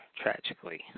tragically